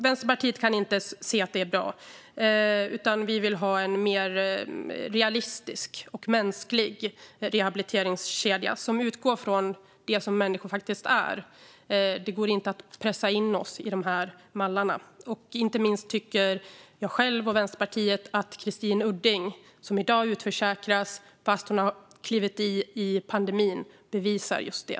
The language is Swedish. Vänsterpartiet kan inte se att detta är bra, utan vi vill ha en mer realistisk och mänsklig rehabiliteringskedja som utgår från det som människor är. Det går inte att pressa in oss i mallarna. Inte minst tycker jag själv och Vänsterpartiet att Christine Udding - efter att ha klivit in, arbetat under pandemin och blivit sjuk - som i dag utförsäkras bevisar just det.